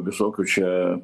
visokių čia